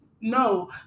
no